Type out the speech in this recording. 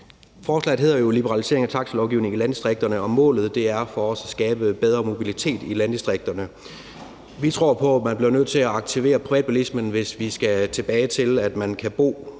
Forslaget hedder jo liberalisering af taxalovgivningen i landdistrikterne, og målet er for os at skabe bedre mobilitet i landdistrikterne. Vi tror på, at man bliver nødt til at aktivere privatbilismen, hvis vi skal tilbage til, at man kan bo